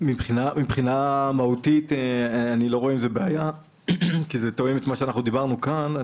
מבחינה מהותית אני לא רואה עם זה בעיה כי זה תואם את מה שדיברנו כאן.